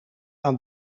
aan